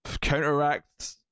counteract